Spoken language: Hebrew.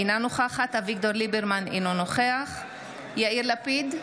אינה נוכחת אביגדור ליברמן, אינו נוכח יאיר לפיד,